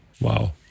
Wow